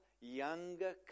younger